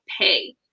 pay